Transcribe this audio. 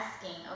asking